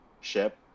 ship